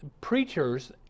preachers